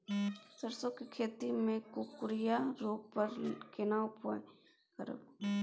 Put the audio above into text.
सरसो के खेती मे कुकुरिया रोग पर केना उपाय करब?